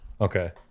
okay